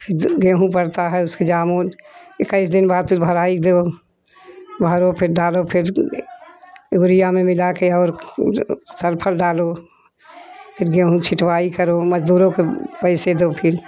फिर गेहूँ पड़ता है उसके जामुन इक्कीस दिन बाद फिर भराई देऊ भरो फिर डालो फिर उरिया में मिला के और फिर सल्फर डालो फिर गेहूँ छिटवाई करो मजदूरों को पैसों दो फिर